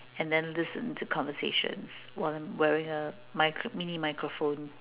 and then listen to conversations while I'm wearing a micro mini microphone